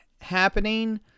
happening